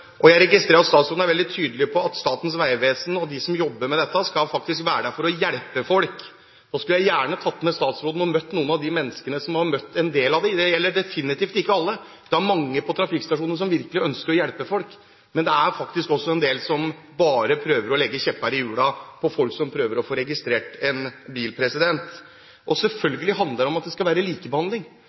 Jeg registrerer at statsråden er veldig tydelig på at Statens vegvesen og de som jobber med dette, faktisk skal være der for å hjelpe folk. Så skulle jeg gjerne tatt med statsråden for å møte noen av de menneskene som har møtt en del av dem som er på trafikkstasjonene. Det gjelder definitivt ikke alle. Det er mange der som virkelig ønsker å hjelpe folk, men det er faktisk også en del som bare prøver å legge kjepper i hjulene for folk som prøver å få registrert en bil. Selvfølgelig handler det om at det skal være likebehandling,